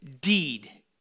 deed